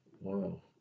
Wow